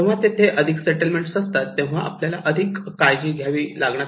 जेव्हा तेथे अधिक सेटलमेंट्स असतो तेव्हा आपल्याला अधिक काळजी घ्यायला हवी